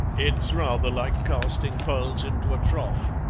it's rather like casting pearls into a trough,